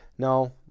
no